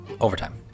overtime